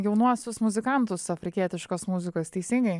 jaunuosius muzikantus afrikietiškos muzikos teisingai